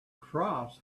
cross